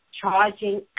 charging